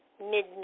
midnight